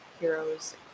heroes